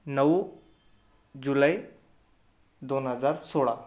नऊ जुलै दोन हजार सोळा